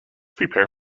prepare